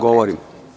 Govorim.